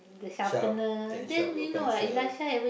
sharp can sharp your pencil